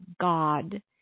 God